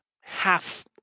half